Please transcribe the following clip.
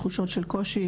תחושות של קושי,